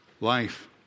life